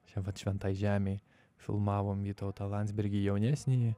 čia vat šventai žemei filmavom vytautą landsbergį jaunesnįjį